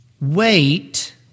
Wait